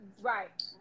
Right